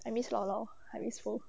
I miss llaollao I always go